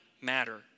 matter